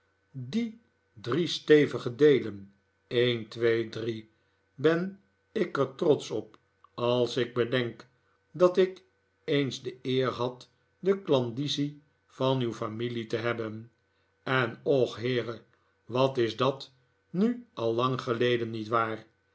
die drie stevige deelen een twee drie ben ik er trotsch op als ik bedenk dat ik eens de eer had de klandizie van uw familie te hebben en och heere wat is dat nu al lang geleden niet waar